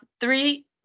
three